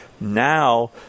Now